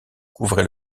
couvrait